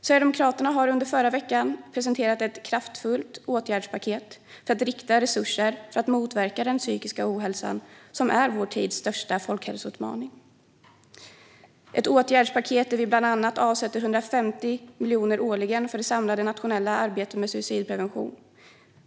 Sverigedemokraterna presenterade under förra veckan ett kraftfullt åtgärdspaket med riktade resurser för att motverka den psykiska ohälsan, som är vår tid största folkhälsoutmaning. I åtgärdspaketet avsätter vi bland annat 150 miljoner årligen till det samlade nationella arbetet med suicidprevention.